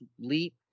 leap